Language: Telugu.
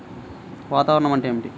వాతావరణం అంటే ఏమిటి?